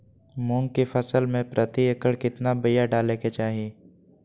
मूंग की फसल में प्रति एकड़ कितना बिया डाले के चाही?